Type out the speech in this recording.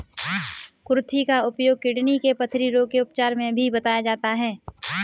कुर्थी का उपयोग किडनी के पथरी रोग के उपचार में भी बताया जाता है